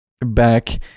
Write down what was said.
back